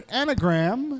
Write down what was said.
anagram